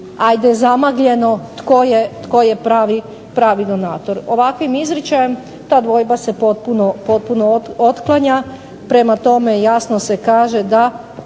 ajde zamagljeno tko je pravi donator. Ovakvim izričajem ta dvojba se potpuno otklanja. Prema tome, jasno se kaže da